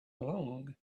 along